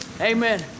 Amen